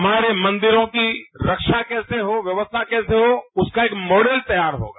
हमारे मंदिरों की रक्षा कैसे हो व्यवस्था कैसे हो उसका एक मॉडल तैयार होगा